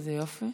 איזה יופי.